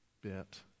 bit